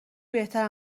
بهتر